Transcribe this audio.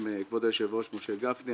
כבוד היושב-ראש משה גפני,